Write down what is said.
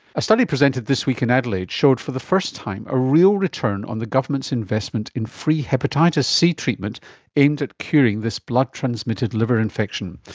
a study presented this week in adelaide showed for the first time a real return on the government's investment in free hepatitis c treatment aimed at curing this blood transmitted liver infection.